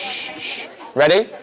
shh ready?